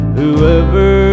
whoever